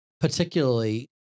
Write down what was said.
particularly